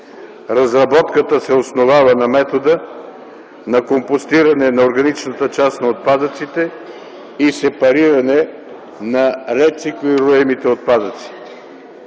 Разработката се основава на метода на компостиране на органичната част на отпадъците и сепариране на рециклируемите отпадъци.